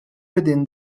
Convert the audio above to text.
within